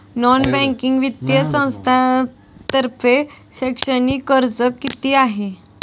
Non banking वित्तीय संस्थांतर्फे शैक्षणिक कर्ज किती आहे?